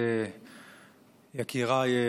יקיריי,